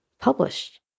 published